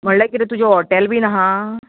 म्हणल्या किदें तुजें हॉटेल बीन आहा